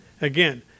Again